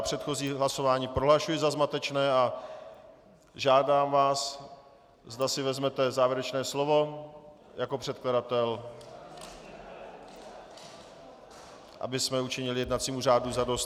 Já předchozí hlasování prohlašuji za zmatečné a žádám vás, zda si vezmete závěrečné slovo jako předkladatel, abychom učinili jednacímu řádu zadost.